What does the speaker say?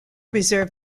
reserve